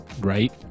right